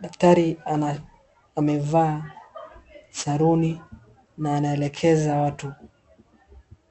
Daktari amevaa saruni na anaelekeza watu.